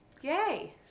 Yay